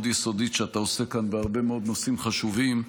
יסודית שאתה עושה כאן בהרבה מאוד נושאים חשובים.